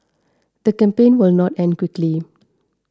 the campaign will not end quickly